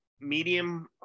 medium